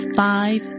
five